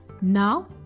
Now